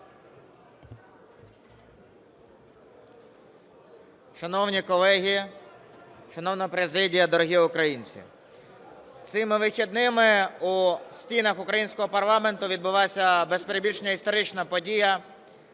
Шановні колеги, шановна президія, дорогі українці! Цими вихідними у стінах українського парламенту відбувається, без перебільшення, історична подія